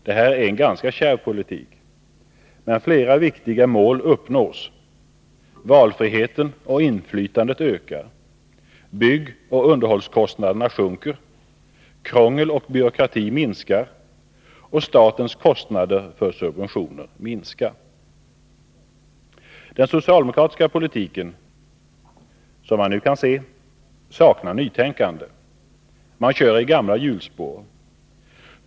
Detta är en ganska kärv politik, men flera viktiga mål uppnås. Valfriheten och inflytandet ökar. Byggoch underhållskostnaderna sjunker. Krångel och byråkrati minskar, och statens kostnader för subventioner sjunker. Den socialdemokratiska politiken, som vi nu kan se, saknar nytänkande. Man kör i gamla hjulspår.